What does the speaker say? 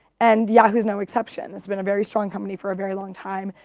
and yahoo's no exception, it's been a very strong company for a very long time,